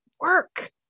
work